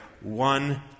one